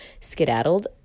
skedaddled